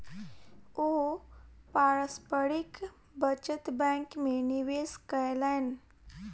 ओ पारस्परिक बचत बैंक में निवेश कयलैन